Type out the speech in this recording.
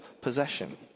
possession